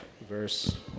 verse